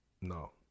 no